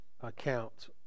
account